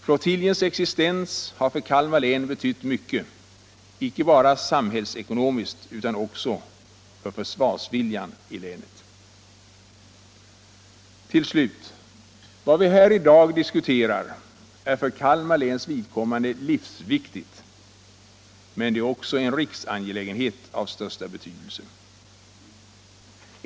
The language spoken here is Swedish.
Flottiljens existens har för Kalmar län betytt mycket, icke bara samhällsekonomiskt utan också för försvarsviljan i länet. Till slut: Vad vi här i dag diskuterar är för Kalmar läns vidkommande livsviktigt, men det är också en riksangelägenhet av största betydelse.